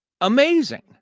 amazing